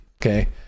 okay